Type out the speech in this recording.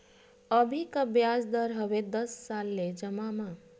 अभी का ब्याज दर हवे दस साल ले जमा मा?